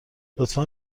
لطفا